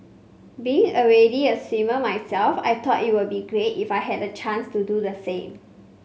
being already a swimmer myself I thought it would be great if I had the chance to do the same